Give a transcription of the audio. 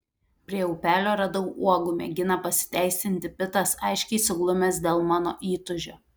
prie upelio radau uogų mėgina pasiteisinti pitas aiškiai suglumęs dėl mano įtūžio